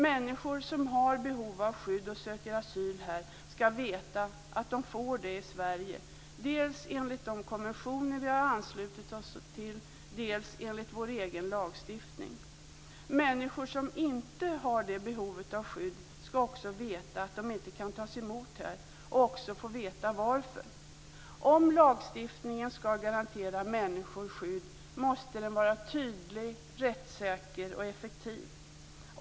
Människor som har behov av skydd och söker asyl här skall veta att de får det i Sverige dels enligt de konventioner vi har anslutit oss till, dels enligt vår egen lagstiftning. Människor som inte har det behovet av skydd skall också veta att de inte kan tas emot här och också få veta varför. Om lagstiftningen skall garantera människor skydd måste den vara tydlig, rättssäker och effektiv.